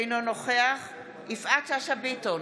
אינו נוכח יפעת שאשא ביטון,